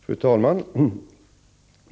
Fru talman!